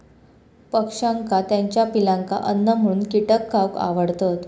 पक्ष्यांका त्याच्या पिलांका अन्न म्हणून कीटक खावक आवडतत